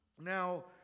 Now